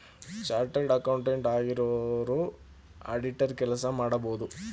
chartered accountant ಆಗಿರೋರು auditor ಕೆಲಸ ಮಾಡಬೋದು